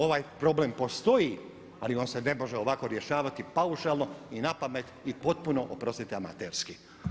Ovaj problem postoji ali vam se ne može ovako rješavati paušalno i napamet i potpuno oprostite amaterski.